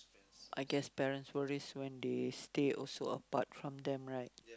I guess parents worries when they stay also apart from them right